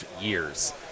years